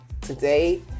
today